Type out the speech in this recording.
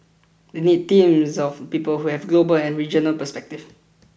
they need teams of people who have global and regional perspective